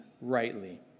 rightly